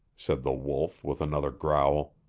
said the wolf with another growl,